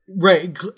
Right